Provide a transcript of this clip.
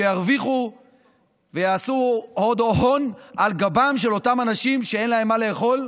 שירוויחו ויעשו עוד הון על גבם של אותם אנשים שאין להם מה לאכול,